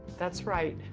that's right.